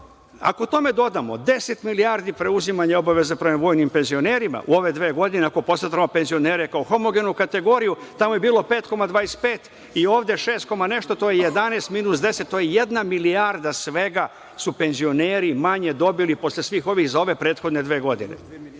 ako tome dodamo 10 milijardi preuzimanja obaveza prema vojnim penzionerima u ove dve godine, ako posmatramo penzionere kao homogenu kategoriju, tamo je bilo 5,25% i ovde 6 koma nešto to je 11 minus 10, to je jedna milijarda svega su penzioneri manje dobili posle svih ovih za ove prethodne dve godine.(Saša